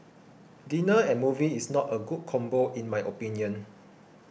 dinner and movie is not a good combo in my opinion